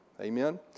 Amen